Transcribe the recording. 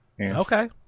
Okay